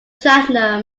platinum